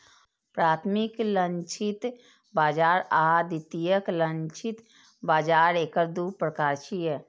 प्राथमिक लक्षित बाजार आ द्वितीयक लक्षित बाजार एकर दू प्रकार छियै